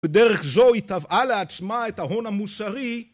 בדרך זו היא תבעה לעצמה את ההון המוסרי.